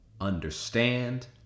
understand